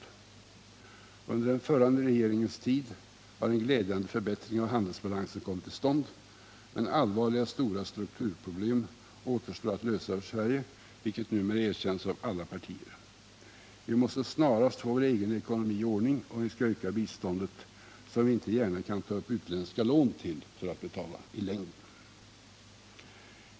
Under den förra regeringens tid har en glädjande förbättring av handelsbalansen kommit till stånd, men stora allvarliga strukturproblem återstår att lösa för Sverige, vilket numera erkänns av alla partier. Vi måste snarast få vår egen ekonomi i ordning om vi skall öka biståndet, eftersom vi icke gärna i längden kan betala detta genom att ta upp utländska lån.